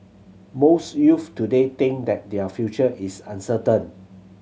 most youths today think that their future is uncertain